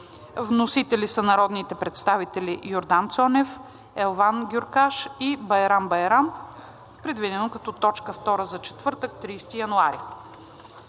Вносители са народните представители Йордан Цонев, Елван Гюркаш и Байрам Байрам, предвидено като точка втора за четвъртък, 30 януари